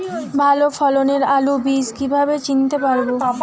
ভালো ফলনের আলু বীজ কীভাবে চিনতে পারবো?